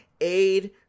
aid